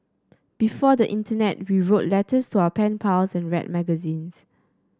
before the internet we wrote letters to our pen pals and read magazines